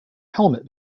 helmet